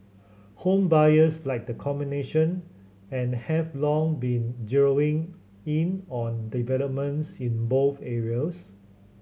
home buyers like the combination and have long been zeroing in on developments in both areas